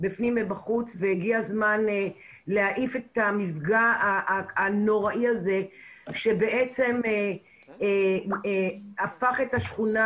בפנים ובחוץ והגיע הזמן להעיף את המפגע הנוראי הזה שבעצם הפך את השכונה